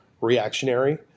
reactionary